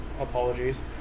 apologies